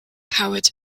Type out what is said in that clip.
howard